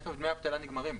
תיכף דמי אבטלה נגמרים.